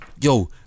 Yo